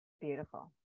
beautiful